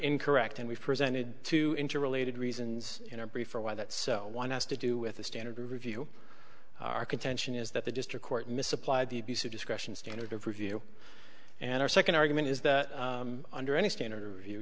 incorrect and we've presented to interrelated reasons in our brief for why that so one has to do with a standard review our contention is that the district court misapplied the abuse of discretion standard of review and our second argument is that under any standard view